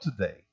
today